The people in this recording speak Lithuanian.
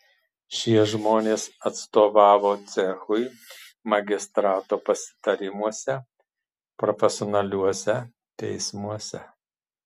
šie žmonės atstovavo cechui magistrato pasitarimuose profesionaliuose teismuose